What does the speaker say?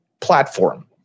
platform